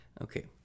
Okay